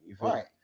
right